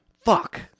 Fuck